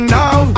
now